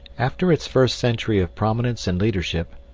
after its first century of prominence and leadership,